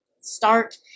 start